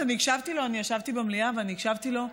ישבתי במליאה והקשבתי לו,